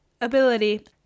ability